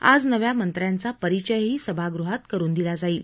आज नव्या मंत्र्यांचा परिचयही सभागृहात करून दिला जाईल